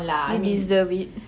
you deserve it